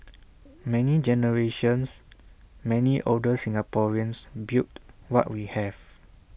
many generations many older Singaporeans built what we have